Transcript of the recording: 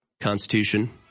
Constitution